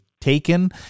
taken